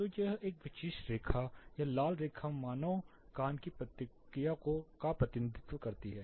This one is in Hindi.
तो यह विशेष रेखा यह लाल रेखा मानव कान की प्रतिक्रिया का प्रतिनिधित्व करती है